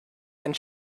and